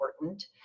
important